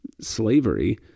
Slavery